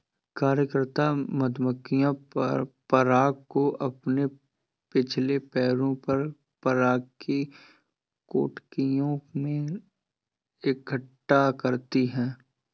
कार्यकर्ता मधुमक्खियां पराग को अपने पिछले पैरों पर पराग की टोकरियों में इकट्ठा करती हैं